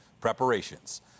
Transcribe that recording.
preparations